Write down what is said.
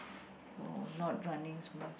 for not running so much